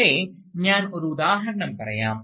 പക്ഷേ ഞാൻ ഒരു ഉദാഹരണം പറയാം